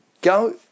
Go